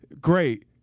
great